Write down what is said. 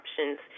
options